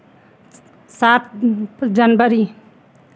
सात जनवरी